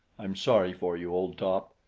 i'm sorry for you, old top.